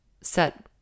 set